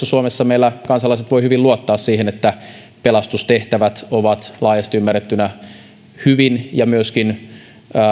suomessa meillä kansalaiset voivat hyvin luottaa siihen että pelastustehtävät ovat laajasti ymmärrettyinä hyvin ja myöskin